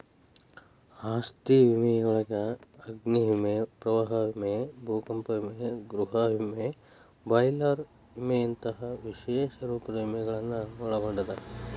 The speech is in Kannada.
ಆಸ್ತಿ ವಿಮೆಯೊಳಗ ಅಗ್ನಿ ವಿಮೆ ಪ್ರವಾಹ ವಿಮೆ ಭೂಕಂಪ ವಿಮೆ ಗೃಹ ವಿಮೆ ಬಾಯ್ಲರ್ ವಿಮೆಯಂತ ವಿಶೇಷ ರೂಪದ ವಿಮೆಗಳನ್ನ ಒಳಗೊಂಡದ